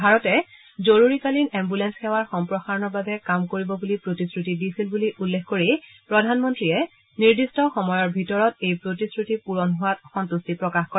ভাৰতে জৰুৰীকালীন এম্বুলেঞ্চ সেৱাৰ সম্প্ৰসাৰণৰ বাবে কাম কৰিব বুলি প্ৰতিশ্ৰুতি দিছিল বুলি উল্লেখ কৰি প্ৰধানমন্ত্ৰীয়ে নিৰ্দিষ্ট সময়ৰ ভিতৰত এই প্ৰতিশ্ৰুতি পূৰণ হোৱাত সম্ভট্টি প্ৰকাশ কৰে